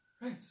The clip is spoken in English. right